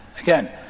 again